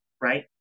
right